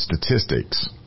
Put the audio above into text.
statistics